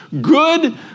good